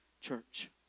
church